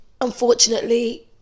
unfortunately